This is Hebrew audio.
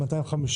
כמה היה לפני?